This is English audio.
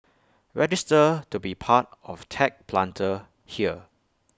register to be part of tech Planter here